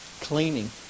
Cleaning